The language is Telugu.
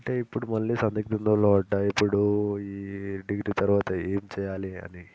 అంటే ఇప్పుడు మళ్ళీ సందిగ్దంలో పడ్డాను ఇప్పుడు ఈ డిగ్రీ తరువాత ఏం చేయాలి అని